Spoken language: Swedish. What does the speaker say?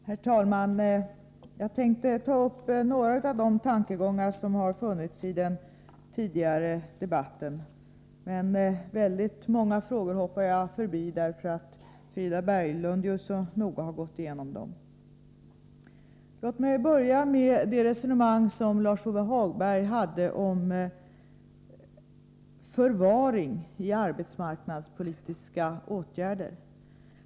Herr talman! Jag skall beröra några av de tankegångar som har förts fram i den tidigare debatten. Men många av de frågor som har diskuterats hoppar jag över, eftersom Frida Berglund så noga har gått igenom dem. Låt mig börja med det resonemang som Lars-Ove Hagberg förde om s.k. förvaring i arbetsmarknadspolitiska åtgärder.